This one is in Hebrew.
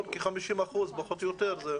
כ-50 אחוזים פחות או יותר?